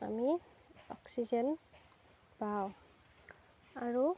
আমি অক্সিজেন পাওঁ আৰু